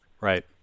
Right